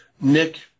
Nick